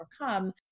overcome